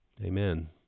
Amen